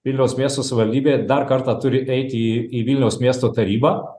vilniaus miesto savivaldybė dar kartą turi eiti į vilniaus miesto tarybą